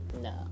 no